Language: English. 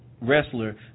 wrestler